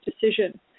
decision